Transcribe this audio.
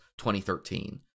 2013